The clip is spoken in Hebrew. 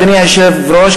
אדוני היושב-ראש,